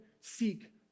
seek